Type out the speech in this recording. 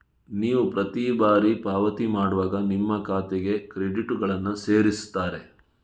ನೀವು ಪ್ರತಿ ಬಾರಿ ಪಾವತಿ ಮಾಡುವಾಗ ನಿಮ್ಮ ಖಾತೆಗೆ ಕ್ರೆಡಿಟುಗಳನ್ನ ಸೇರಿಸ್ತಾರೆ